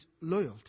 loyalty